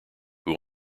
who